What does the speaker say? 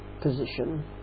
position